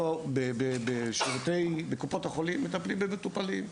אנחנו בקופות החולים מטפלים במטופלים.